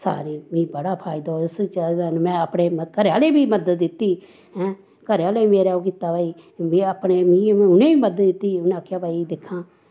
सारे मिगी बड़ा फायदा होआ उस्सै चा यानि में अपने घरै आह्लें बी मदद दित्ती हैं घरै आह्ले बी मेरै ओह् कीता भाई मिगी अपने मिगी उनें बी मदद दित्ती उनें आक्खेआ भाई दिक्खां